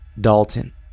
Dalton